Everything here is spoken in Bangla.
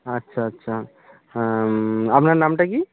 আচ্ছা আচ্ছা হ্যাঁ আপনার নামটা কী